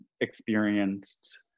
experienced